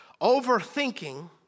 Overthinking